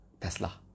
Tesla